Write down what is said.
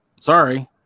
sorry